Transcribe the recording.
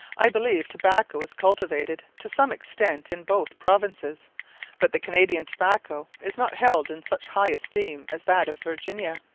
i believe tobacco is cultivated to some extent in both provinces but the canadian tobacco is not held in such high esteem as that of virginia.